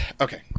okay